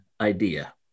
idea